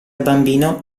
bambino